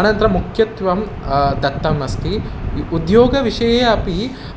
अनन्तरं मुख्यत्वं दत्तमस्ति उ उद्योगविषये अपि